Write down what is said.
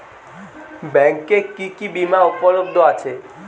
ব্যাংকে কি কি বিমা উপলব্ধ আছে?